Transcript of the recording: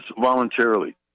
voluntarily